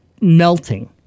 melting